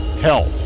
health